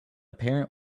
parent